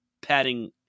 padding